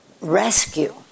rescue